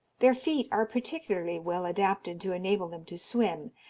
their feet are particularly well adapted to enable them to swim,